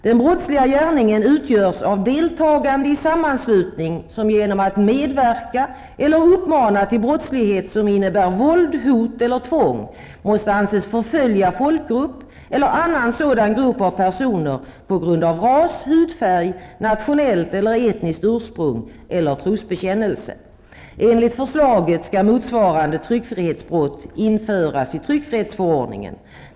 Den brottsliga gärningen utgörs av deltagande i sammanslutning som genom att medverka eller uppmana till brottslighet som innebär våld, hot eller tvång måste anses förfölja folkgrupp eller annan sådan grupp av personer på grund av ras, hudfärg, nationellt eller etniskt ursprung eller trosbekännelse. Enligt förslaget skall motsvarande tryckfrihetsbrott införas i tryckfrihetsförordningen.